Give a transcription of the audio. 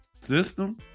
System